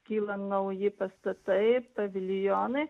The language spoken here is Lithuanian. kyla nauji pastatai paviljonai